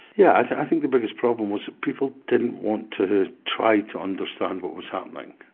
yeah, i think the biggest problem was that people didn't want to try to understand what was happening.